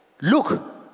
Look